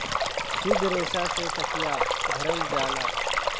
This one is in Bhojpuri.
सुद्ध रेसा से तकिया भरल जाला